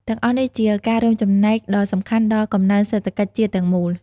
ទាំងអស់នេះជាការរួមចំណែកដ៏សំខាន់ដល់កំណើនសេដ្ឋកិច្ចជាតិទាំងមូល។